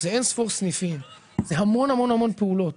זה אין-ספור סניפים, זה המון המון המון פעולות.